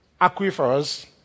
aquifers